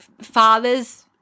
fathers